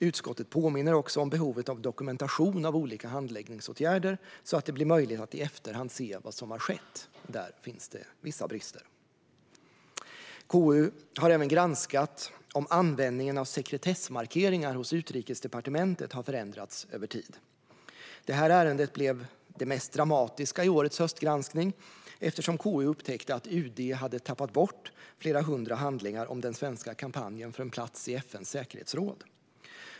Utskottet påminner också om behovet av dokumentation av olika handläggningsåtgärder, så att det blir möjligt att i efterhand se vad som har skett. Där finns det vissa brister. KU har även granskat om användningen av sekretessmarkeringar hos Utrikesdepartementet har förändrats över tid. Det ärendet blev det mest dramatiska i denna höstgranskning, eftersom KU upptäckte att UD hade tappat bort flera hundra handlingar om den svenska kampanjen för en plats i FN:s säkerhetsråd.